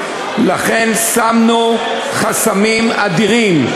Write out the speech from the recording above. שמנו חסמים אדירים.